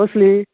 कसली